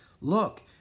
Look